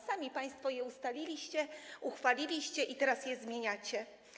Sami państwo je ustaliliście, uchwaliliście i teraz je zmieniacie.